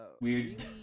weird